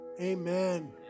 Amen